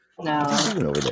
no